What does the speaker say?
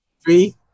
Three